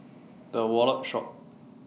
The Wallet Shop